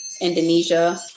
Indonesia